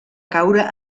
caure